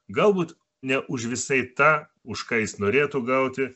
galbūt ne už visai tą už ką jis norėtų gauti